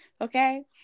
Okay